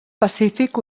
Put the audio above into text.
pacífic